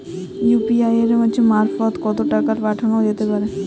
UPI মারফত কত টাকা পাঠানো যেতে পারে?